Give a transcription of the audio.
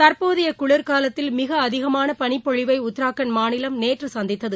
தற்போதையகுளிர்காலத்தில் மிக அதிகமானபனிப்பொழிவைஉத்ரகாண்ட் மாநிலம் நேற்றுசந்தித்தது